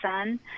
son